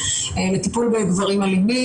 לטיפול בגברים אלימים,